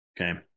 Okay